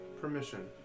permission